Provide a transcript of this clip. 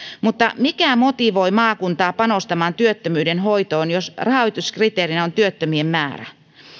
mutta mikä motivoi maakuntaa panostamaan työttömyyden hoitoon jos rahoituskriteerinä on työttömien määrä